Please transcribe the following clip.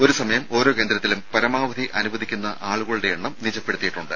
ഒരു സമയം ഓരോ കേന്ദ്രത്തിലും പരമാവധി അനുവദിക്കുന്ന ആളുകളുടെ എണ്ണം നിജപ്പെടുത്തിയിട്ടുണ്ട്